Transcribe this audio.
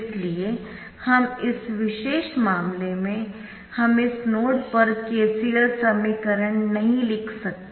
इसलिए इस विशेष मामले में हम इस नोड पर KCL समीकरण नहीं लिख सकते